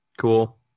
Cool